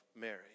Mary